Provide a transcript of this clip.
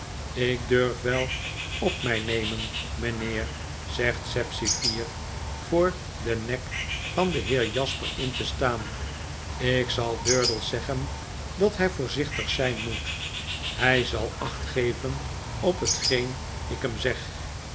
ik durf wel op my nemen mynheer zegt sapsea fier voor den nek van den heer jasper in te staan ik zal durdels zeggen dat hy voorzichtig zijn moet hy zal acht geven op hetgeen ik hem zeg